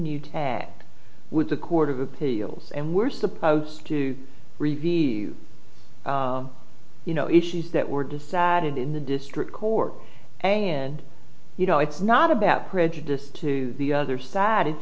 new tat with the court of appeals and we're supposed to reveal you know issues that were decided in the district court and you know it's not about prejudice to the other side it's